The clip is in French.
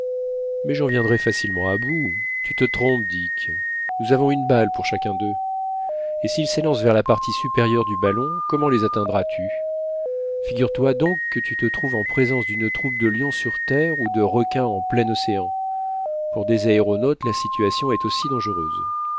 mais j'en viendrai facilement à bout tu te trompes dick nous avons une balle pour chacun d'eux et s'ils s'élancent vers la partie supérieure du ballon comment les atteindras tu figure-toi donc que tu te trouves en présence d'une troupe de lions sur terre ou de requins en plein océan pour des aéronautes la situation est aussi dangereuse